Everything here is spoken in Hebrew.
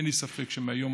אין לי ספק שמהיום,